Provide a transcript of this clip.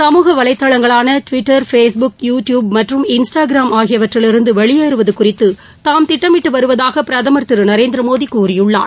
சமூக வலைதளங்களான Twitter Facebook YouTube மற்றும் இன்ஸ்டாகிராம் ஆகியவற்றிலிருந்து வெளியேறுவது குறித்து தாம் திட்டமிட்டு வருவதாக பிரதமர் திரு நரேந்திர மோடி கூறியுள்ளார்